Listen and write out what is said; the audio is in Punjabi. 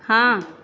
ਹਾਂ